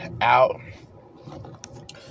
out